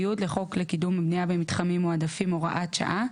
(י) לחוק לקידום הבנייה במתחמים מועדפים (הוראת שעה),